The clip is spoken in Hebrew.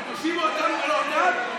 אתה תושיב אותנו ואותם?